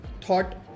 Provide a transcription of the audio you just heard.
thought